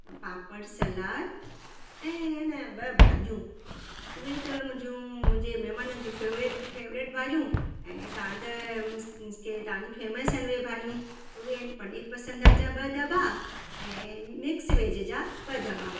पापड़ salad ऐं अने ॿ भाॼियूं उहे अथव मुंहिंजूं मुंहिंजे महिमाननि जी फेवरेट फेवरेट भाॼियूं ऐं तव्हां त मींस मींस की तव्हांजी फेमस उहे भाॼियूं उहे इन पनीर पसंदि जा ॿ दॿा ऐं मिक्स वेज जा ॿ दॿा